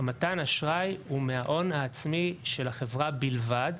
מתן האשראי הוא מההון העצמי של החברה בלבד,